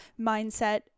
mindset